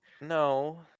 No